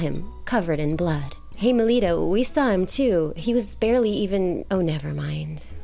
him covered in blood him alito we saw him too he was barely even oh never mind